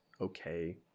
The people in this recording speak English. okay